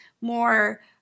more